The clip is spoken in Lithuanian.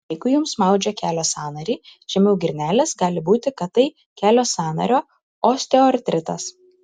jeigu jums maudžia kelio sąnarį žemiau girnelės gali būti kad tai kelio sąnario osteoartritas